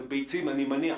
ואני מניח,